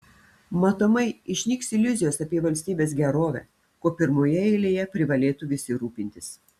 matomai išnyks iliuzijos apie valstybės gerovę kuo pirmoje eilėje privalėtų visi rūpintis